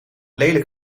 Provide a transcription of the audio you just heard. lelijk